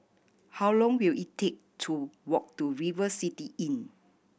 how long will it take to walk to River City Inn